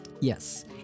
yes